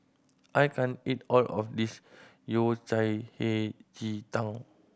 I can't eat all of this Yao Cai Hei Ji Tang